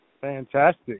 Fantastic